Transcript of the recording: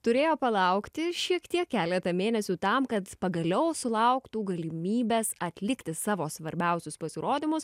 turėjo palaukti šiek tiek keletą mėnesių tam kad pagaliau sulauktų galimybės atlikti savo svarbiausius pasirodymus